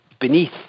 beneath